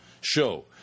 show